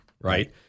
Right